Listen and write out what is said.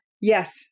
Yes